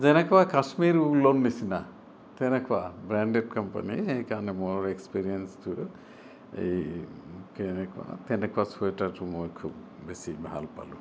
যেনেকুৱা কাশ্মীৰ ঊলৰ নিচিনা তেনেকুৱা ব্ৰেণ্ডেদ কোম্পানী সেইকাৰণে মোৰ এক্সপিৰিয়েঞ্চটো এই কেনেকুৱা তেনেকুৱা চুৱেটাৰটো মোৰ মই খুব বেছি ভাল পালোঁ